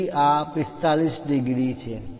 તેથી આ 45 ડિગ્રી છે